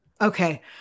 Okay